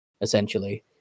essentially